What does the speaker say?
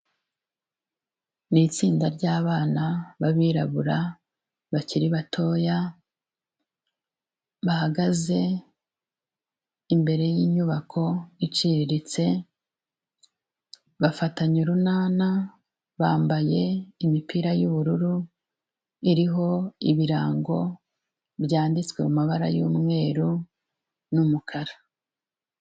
Ni itsinda ry'abana b'abirabura bakiri batoya, bahagaze imbere y'inyubako iciriritse, bafatanye urunana, bambaye imipira y'ubururu iriho ibirango byanditswe mu mabara y'umweru n'umukara.